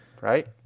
right